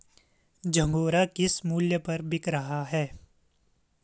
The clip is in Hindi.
झंगोरा किस मूल्य पर बिक रहा है?